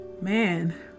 man